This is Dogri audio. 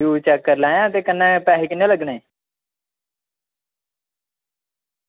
फ्यूज चेक करी लैयां ते कन्नै पैहे किन्ने लग्गने